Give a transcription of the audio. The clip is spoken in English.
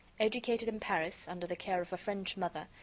educated in paris under the care of a french mother,